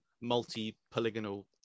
multi-polygonal